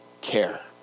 care